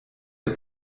der